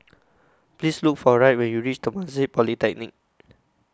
Please Look For Wright when YOU REACH Temasek Polytechnic